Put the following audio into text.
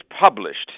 published